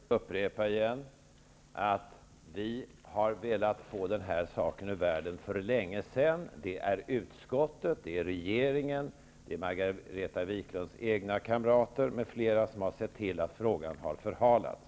Fru talman! Jag får upprepa att vi har velat få den här saken ur världen för länge sedan. Det är utskottet, regeringen, Margareta Viklunds egna kamrater m.fl. som har sett till att frågan har förhalats.